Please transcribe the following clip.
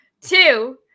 Two